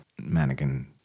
mannequin